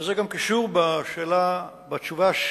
זה גם קשור לשאלה השנייה: